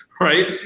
Right